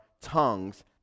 tongues